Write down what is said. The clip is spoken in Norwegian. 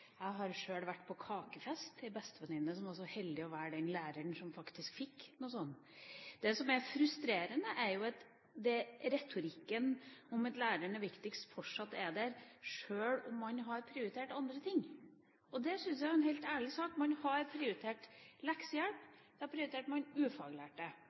Jeg har sjøl vært på kakefest hos en bestevenninne som var så heldig å velge den læreren som faktisk fikk noe sånt. Det som er frustrerende, er at retorikken om at læreren er viktigst fortsatt er der, sjøl om man har prioritert andre ting. Det synes jeg er en helt ærlig sak. Man har prioritert leksehjelp. Man har prioritert ufaglærte.